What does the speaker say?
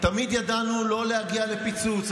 תמיד ידענו לא להגיע לפיצוץ.